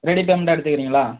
ready பேமெண்ட்டாக எடுத்துக்கிறீங்களா